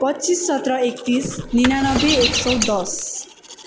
पच्चिस सत्र एकतिस निनानब्बे एक सय दस